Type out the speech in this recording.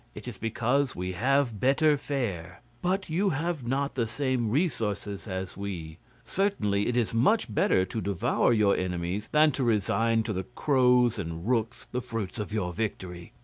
it is because we have better fare. but you have not the same resources as we certainly it is much better to devour your enemies than to resign to the crows and rooks the fruits of your victory.